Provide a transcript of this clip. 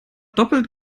doppelt